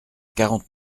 quarante